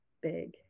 big